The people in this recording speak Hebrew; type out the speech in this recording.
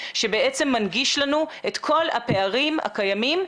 שבעצם מנגיש את כל הפערים הקיימים,